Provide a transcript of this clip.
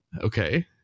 Okay